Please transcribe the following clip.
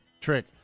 trick